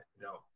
no